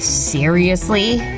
seriously!